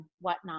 whatnot